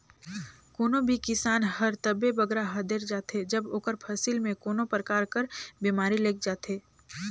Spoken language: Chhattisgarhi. कोनो भी किसान हर तबे बगरा हदेर जाथे जब ओकर फसिल में कोनो परकार कर बेमारी लइग जाथे